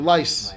Lice